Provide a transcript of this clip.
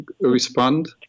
respond